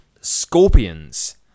Scorpions